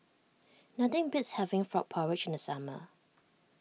nothing beats having Frog Porridge in the summer